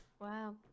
Wow